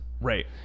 Right